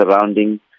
surrounding